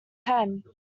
ten